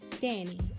Danny